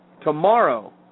Tomorrow